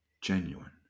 genuine